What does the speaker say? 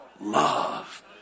love